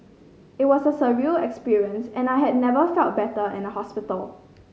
it was a surreal experience and I had never felt better in a hospital